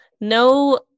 No